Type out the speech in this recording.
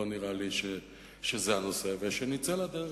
לא נראה לי שזה הנושא, ונצא לדרך.